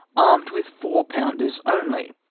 armed with four pounders only.